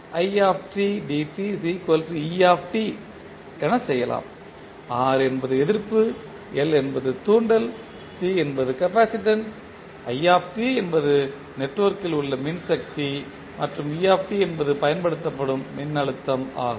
R என்பது எதிர்ப்பு L என்பது தூண்டல் C என்பது கெபாசிடென்ஸ் i என்பது நெட்ஒர்க்கில் உள்ள மின்சக்தி மற்றும் e என்பது பயன்படுத்தப்படும் மின்னழுத்தம் ஆகும்